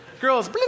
Girls